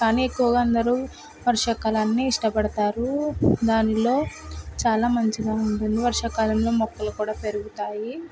కానీ ఎక్కువగా అందరూ వర్షాకాలాన్ని ఇష్టపడతారు దానిలో చాలా మంచిగా ఉంటుంది వర్షకాలంలో మొక్కలు కూడా పెరుగుతాయి